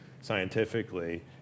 scientifically